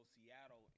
Seattle